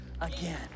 again